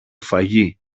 φαγί